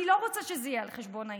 אני לא רוצה שזה יהיה על חשבון האישה.